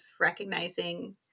recognizing